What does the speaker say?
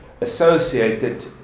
Associated